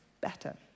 better